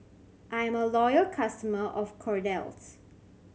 I am a loyal customer of Kordel's